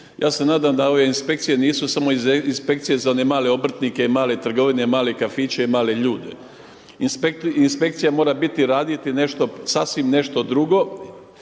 Ja se nadam da ove inspekcije nisu samo inspekcije za one male obrtnike i male trgovine, male kafiće i male ljude. Inspekcija mora biti, raditi nešto sasvim nešto drugo